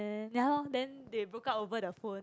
and ya lor then they broke up over the phone